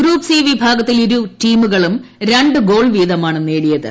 group C വിഭാഗത്തിൽ ഇരു ടീമുകളും രണ്ട് ഗോൾ വീതമാണ് നേടിയത്